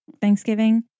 Thanksgiving